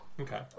Okay